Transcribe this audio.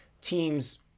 teams